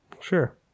Sure